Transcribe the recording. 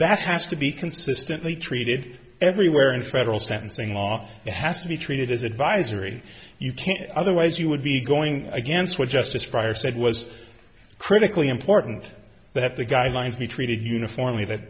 that has to be consistently treated everywhere in federal sentencing law has to be treated as advisory you can't otherwise you would be going against what justice fryer said was critically important that the guidelines be treated uniformly that